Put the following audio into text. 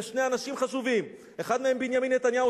לשני אנשים חשובים: אחד מהם בנימין נתניהו,